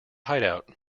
hideout